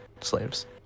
slaves